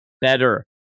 better